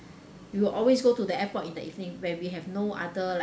we will always go to the airport in the evening where we have no other like